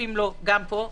נחשפים לו גם פה,